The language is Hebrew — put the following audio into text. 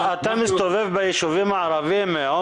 אתה מסתובב ביישובים הערבים?